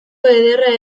ederra